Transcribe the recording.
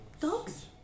Dogs